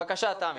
בבקשה, תמי.